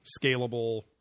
scalable